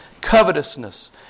covetousness